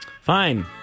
Fine